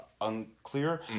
unclear